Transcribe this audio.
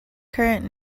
current